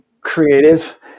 creative